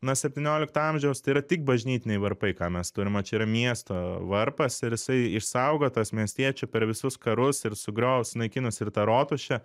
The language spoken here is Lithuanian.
nuo septyniolikto amžiaus tai yra tik bažnytiniai varpai ką mes turim čia yra miesto varpas ir jisai išsaugotas miestiečių per visus karus ir sugriovus naikinus tą rotušę